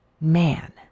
man